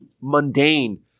mundane